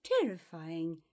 terrifying